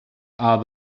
are